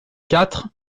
quatre